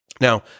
Now